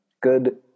good